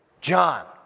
John